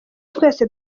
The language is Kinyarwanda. twese